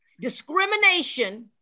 discrimination